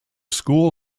school